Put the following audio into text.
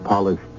polished